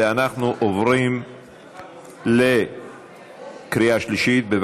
אנחנו עוברים לקריאה שלישית.